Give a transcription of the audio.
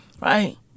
Right